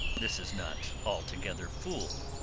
this is not altogether fool,